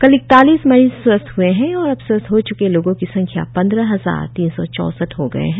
कल इकतालीस मरीज स्वस्थ ह्ए है और अब स्वस्थ हो चुके लोगों की संख्या पंद्रह हजार तीन सौ चौसठ हो गए है